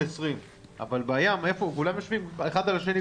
20. אבל בים כולם יושבים אחד על השני,